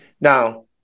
Now